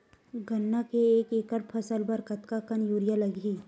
गन्ना के एक एकड़ फसल बर कतका कन यूरिया लगही?